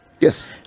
yes